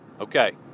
Okay